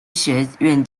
学院